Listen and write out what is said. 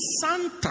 Santa